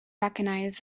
recognize